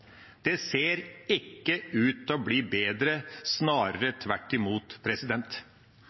Det ser ikke ut til å bli bedre, snarere tvert imot.